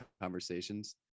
conversations